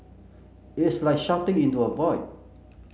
it's like shouting into a void